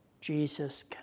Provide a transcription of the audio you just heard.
Jesus